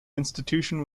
institution